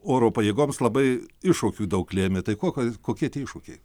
oro pajėgoms labai iššūkių daug lėmė tai kokio kokie tie iššūkiai